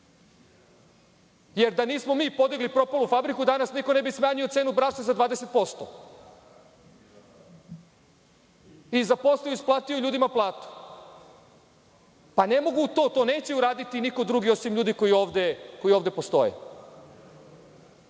Jer, da nismo mi podigli propalu fabriku, danas niko ne bi smanjio cenu brašna za 20% i zaposlio i isplatio ljudima plate. Ne mogu to, to neće uraditi niko drugi, osim ljudi koji ovde postoje. Gde